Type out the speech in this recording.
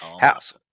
House